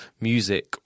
music